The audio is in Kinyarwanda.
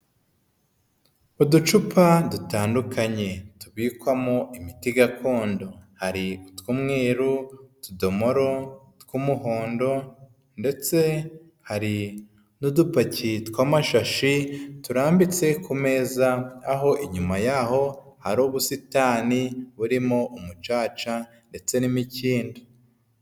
Uducupa dutandukanye tubikwamo imiti gakondo hari utumweru, utudomoro tw'umuhondo ndetse hari n'udupaki tw'amashashi turambitse ku meza aho inyuma yaho hari ubusitani burimo umucaca ndetse n'imikindo.